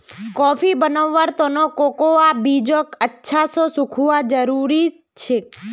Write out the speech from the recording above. coffee बनव्वार त न कोकोआ बीजक अच्छा स सुखना जरूरी छेक